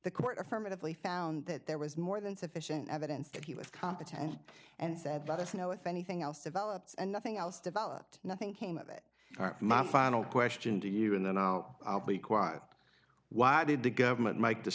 the court affirmatively found that there was more than sufficient evidence that he was competent and said let us know if anything else develops and nothing else developed nothing came of it or my final question to you and then now i'll be quiet why did the government make the